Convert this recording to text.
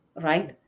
right